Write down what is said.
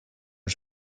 den